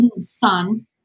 Son